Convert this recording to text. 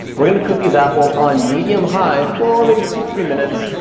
we're gonna cook these apples on medium high for maybe two three minutes.